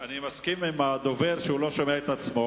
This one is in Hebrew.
אני מסכים עם הדובר שהוא לא שומע את עצמו,